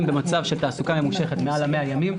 במצב של תעסוקה ממושכת מעל ל-100 ימים,